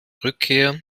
rückkehr